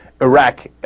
Iraq